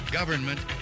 government